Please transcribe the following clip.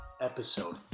episode